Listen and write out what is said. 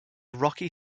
rocky